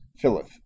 filleth